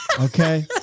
Okay